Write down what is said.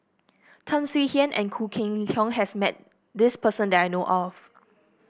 Tan Swie Hian and Khoo Cheng Tiong has met this person that I know of